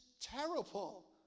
terrible